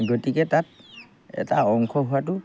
গতিকে তাত এটা অংশ হোৱাটো